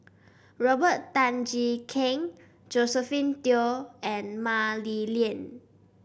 Robert Tan Jee Keng Josephine Teo and Mah Li Lian